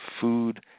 food